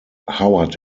howard